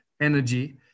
energy